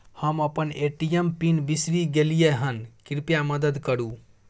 हम अपन ATM PIN बिसरि गलियै हन, कृपया मदद करु